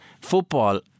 Football